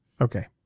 okay